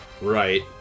Right